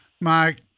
Mike